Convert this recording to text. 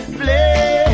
play